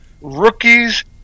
rookies